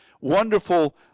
wonderful